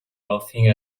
laughing